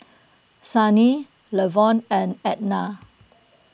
Sannie Lavon and Edna